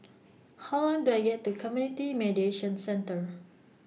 How Long The Year The Community Mediation Centre